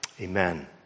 Amen